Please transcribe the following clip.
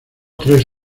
tres